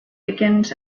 begins